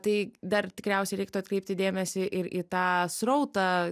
tai dar tikriausiai reiktų atkreipti dėmesį ir į tą srautą